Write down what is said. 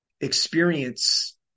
experience